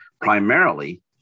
primarily